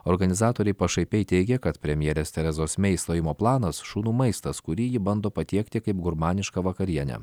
organizatoriai pašaipiai teigia kad premjerės terezos mei stojimo planas šunų maistas kurį ji bando patiekti kaip gurmanišką vakarienę